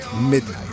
midnight